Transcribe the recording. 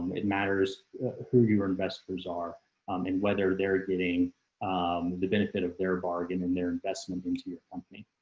um it matters who your investors are and whether they're getting um the benefit of their bargain and their investment into your company.